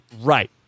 Right